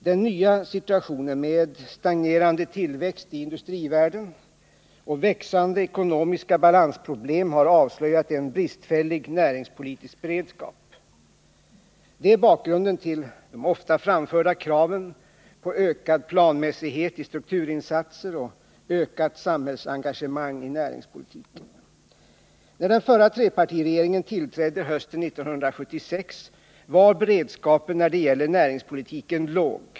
Den nya situationen med stagnerande tillväxt i industrivärlden och växande ekonomiska balansproblem har avslöjat en bristfällig näringspolitisk beredskap. Det är bakgrunden till de ofta framförda kraven på ökad planmässighet i strukturinsatser och ökat samhällsengagemang i näringspolitiken. När den förra trepartiregeringen tillträdde hösten 1976 var beredskapen när det gäller näringspolitiken låg.